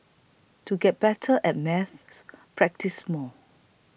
to get better at maths practise more